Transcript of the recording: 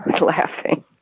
laughing